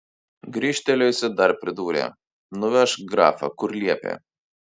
grįžtelėjusi dar pridūrė nuvežk grafą kur liepė